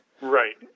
Right